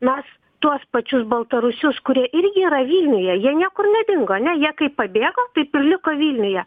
mes tuos pačius baltarusius kurie irgi yra vilniuje jie niekur nedingo ane jie kaip pabėgo taip ir liko vilniuje